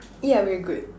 yeah we're good